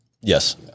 Yes